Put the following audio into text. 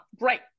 great